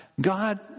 God